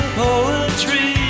poetry